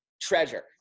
treasure